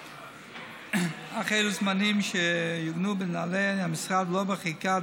אך אלו זמנים שיעוגנו בנוהלי המשרד ולא בחקיקה,